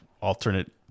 alternate